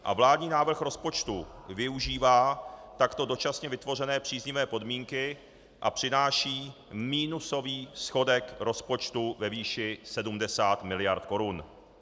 A vládní návrh rozpočtu využívá takto dočasně vytvořené příznivé podmínky a přináší minusový schodek rozpočtu ve výši 70 mld. korun.